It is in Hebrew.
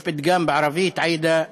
יש פתגם בערבית: (אומר בערבית: